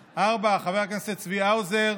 4. חבר הכנסת צבי האוזר,